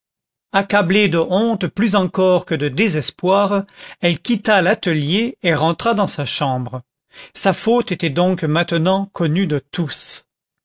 accablée de honte plus encore que de désespoir elle quitta l'atelier et rentra dans sa chambre sa faute était donc maintenant connue de tous